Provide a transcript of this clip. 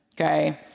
okay